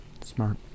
smart